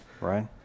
right